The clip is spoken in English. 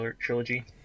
trilogy